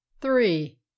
three